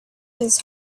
his